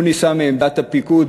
הוא ניסה מעמדת הפיקוד,